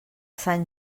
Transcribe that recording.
sant